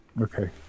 Okay